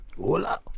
Hola